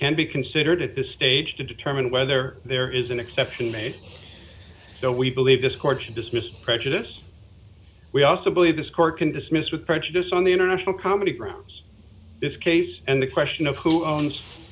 can be considered at this stage to determine whether there is an exception made so we believe this court should dismiss prejudice we also believe this court can dismiss with prejudice on the international comedy grounds this case and the question of who owns